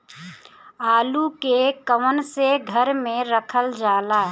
आलू के कवन से घर मे रखल जाला?